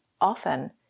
often